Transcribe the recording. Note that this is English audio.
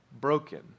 broken